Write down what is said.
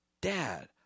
dad